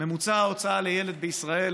ההוצאה הממוצעת לילד בישראל